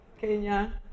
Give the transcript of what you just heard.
Kenya